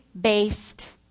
based